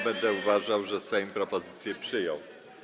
będę uważał, że Sejm propozycję przyjął.